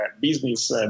business